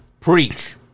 Preach